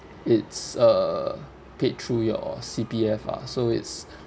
it's uh paid through your C_P_F ah so it's